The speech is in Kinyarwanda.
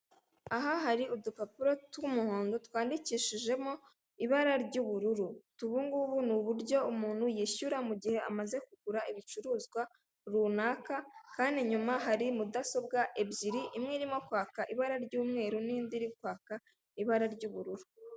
Ipoto ririho insiga z'amashanyarazi bifasha abatuye aho hafi kubona umuriro Bakoresha mu buzima bwabo bwa buri munsi ndetse ibiti bikikije ipoto ry'amashanyarazi.